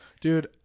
Dude